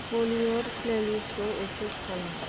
Bollywood प्लेलिस्टखौ एक्सेच खालाम